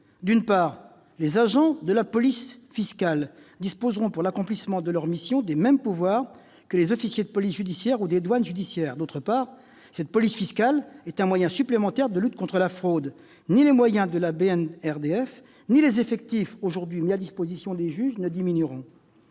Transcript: D'une part, les agents de la police fiscale disposeront, pour l'accomplissement de leurs missions, des mêmes pouvoirs que les officiers de police judiciaire ou des douanes judiciaires. D'autre part, cette police fiscale est un moyen supplémentaire de lutte contre la fraude : ni les moyens de la brigade nationale de répression de la délinquance